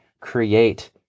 create